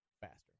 faster